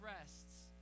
rests